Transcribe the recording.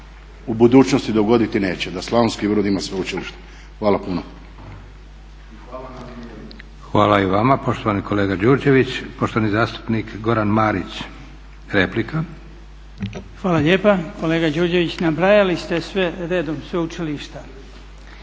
u budućnosti dogoditi neće da Slavonski Brod ima sveučilište. Hvala puno. **Leko, Josip (SDP)** Hvala i vama poštovani kolega Đurđević. Poštovani zastupnik Goran Marić, replika. **Marić, Goran (HDZ)** Hvala lijepa. Kolega Đurđević, nabrajali ste sve redom sveučilišta